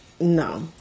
no